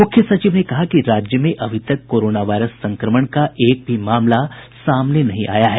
मुख्य सचिव ने कहा कि राज्य में अभी तक कोरोना वायरस संक्रमण का एक भी मामला सामने नहीं आया है